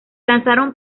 lanzaron